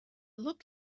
looked